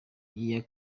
iya